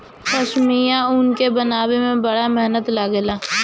पश्मीना ऊन के बनावे में बड़ा मेहनत लागेला